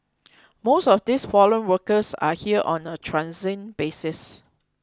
most of these foreign workers are here on a transient basis